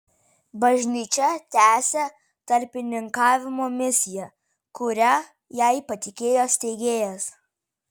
bažnyčia tęsia tarpininkavimo misiją kurią jai patikėjo steigėjas